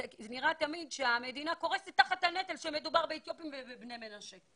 אבל תמיד נראה שהמדינה קורסת תחת הנטל כשמדובר באתיופים ובבני מנשה.